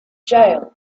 jail